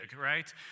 right